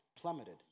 plummeted